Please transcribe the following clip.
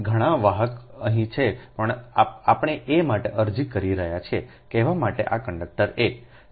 તેથી ઘણા વાહક અહીં છે આપણેaમાટે અરજી કરી રહ્યા છીએકહેવા માટે આ કંડક્ટરa